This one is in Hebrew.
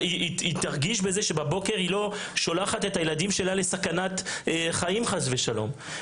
היא תרגיש בזה שבבוקר היא לא שולחת את הילדים שלה לסכנת חיים חס ושלום,